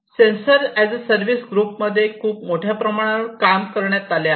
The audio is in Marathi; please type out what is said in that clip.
सेंसर एज अ सर्विस ग्रुपमध्ये खूप मोठ्या प्रमाणावर काम करण्यात आले आहे